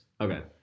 Okay